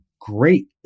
great